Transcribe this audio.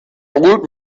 old